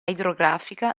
idrografica